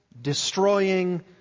Destroying